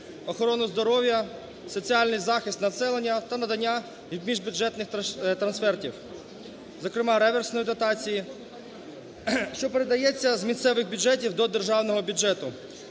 охорону здоров'я, соціальний захист населення та надання міжбюджетних трансфертів, зокрема реверсної дотації, що передається з місцевих бюджетів до державного бюджету